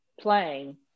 playing